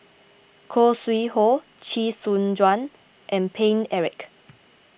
Khoo Sui Hoe Chee Soon Juan and Paine Eric